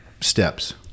steps